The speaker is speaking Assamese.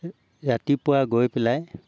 ৰাতিপুৱা গৈ পেলাই